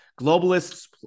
Globalists